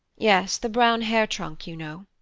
yes, the brown hair-trunk, you know.